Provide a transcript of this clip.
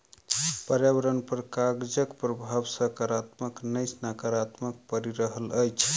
पर्यावरण पर कागजक प्रभाव साकारात्मक नै नाकारात्मक पड़ि रहल अछि